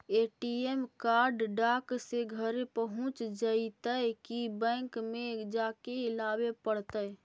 ATM card डाक से घरे पहुँच जईतै कि बैंक में जाके लाबे पड़तै?